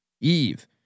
Eve